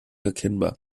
erkennbar